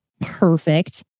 perfect